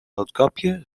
roodkapje